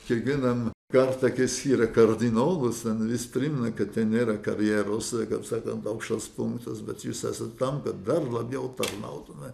kiekvieną kartą kai jis yra kardinolas ten vis primena kad ten nėra karjeros kaip sakant aukštas punktas bet jūs esate tam kad dar labiau tarnautumėt